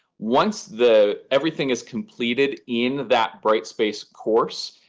once the everything is completed in that bright space course,